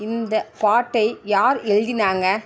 இந்த பாட்டை யார் எழுதினாங்க